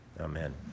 amen